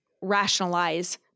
rationalize